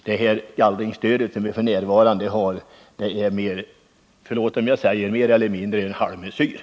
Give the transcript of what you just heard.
Jag är övertygad om att jordbruksministern kommer att göra allt för att få en ändring till stånd.